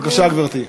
בבקשה, גברתי.